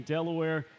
Delaware